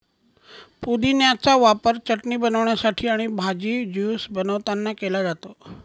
पुदिन्याचा वापर चटणी बनवण्यासाठी आणि भाजी, ज्यूस बनवतांना केला जातो